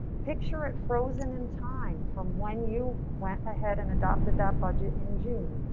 picture it frozen in time from when you went ahead and adopted that budget in june.